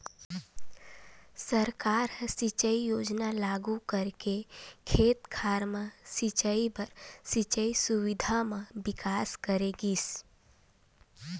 सरकार ह सिंचई योजना लागू करके खेत खार म सिंचई बर सिंचई सुबिधा म बिकास करे गिस